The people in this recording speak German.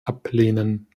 ablehnen